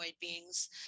beings